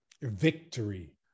victory